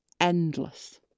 endless